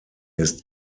ist